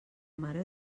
mare